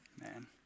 Man